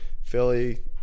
Philly –